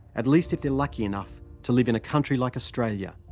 at least if they're lucky enough to live in a country, like australia,